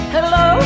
Hello